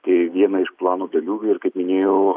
tai viena iš plano dalių ir kaip minėjau